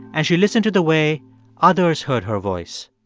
and she listened to the way others heard her voice.